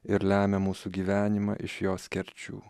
ir lemia mūsų gyvenimą iš jos kerčių